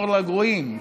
אור לגויים,